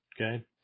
okay